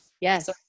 Yes